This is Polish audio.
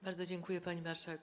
Bardzo dziękuję, pani marszałek.